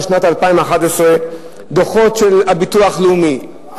בשנת 2011. הדוחות של הביטוח הלאומי,